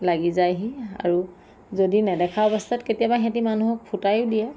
লাগি যায়হি আৰু যদি নেদেখা অৱস্থাত কেতিয়াবা সিহঁতি মানুহক ফুটায়ো দিয়ে